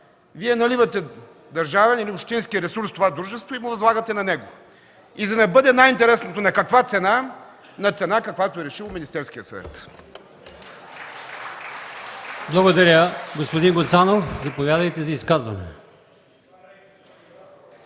Вие наливате държавен или общински ресурс в това дружество и му възлагате на него. И за да бъде най-интересното – на каква цена, на цената, каквато е решил Министерският съвет.